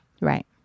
Right